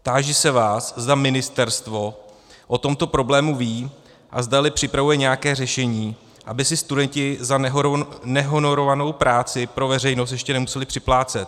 Táži se vás, zda ministerstvo o tomto problému ví a zdali připravuje nějaké řešení, aby si studenti za nehonorovanou práci pro veřejnost ještě nemuseli připlácet.